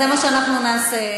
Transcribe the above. זה מה שאנחנו נעשה,